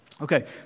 Okay